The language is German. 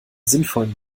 sinnvollen